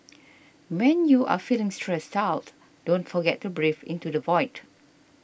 when you are feeling stressed out don't forget to breathe into the void